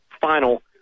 final